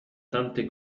tante